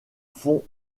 font